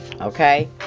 Okay